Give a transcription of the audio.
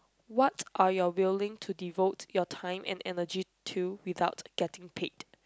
what are you willing to devote your time and energy to without getting paid